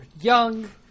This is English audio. young